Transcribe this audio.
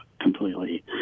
completely